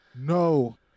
no